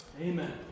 Amen